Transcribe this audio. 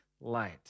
light